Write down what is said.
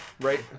Right